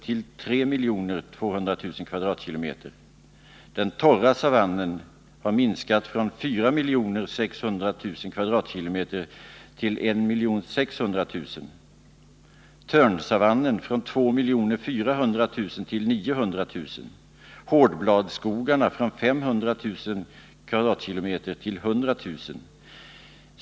till 3 200 000 km?, den torra savannen från 4600 000 km? till 1600 000 km?, törnsavannen från 2 400 000 km? till 900 000 km? och hårdbladskogarna från 500 000 km? till 100 000 km?.